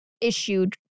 issued